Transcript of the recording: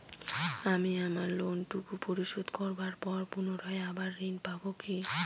আমি আমার লোন টুকু পরিশোধ করবার পর পুনরায় আবার ঋণ পাবো কি?